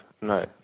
no